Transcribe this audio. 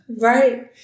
Right